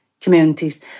communities